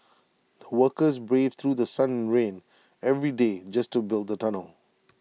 the workers braved through The Sun and rain every day just to build the tunnel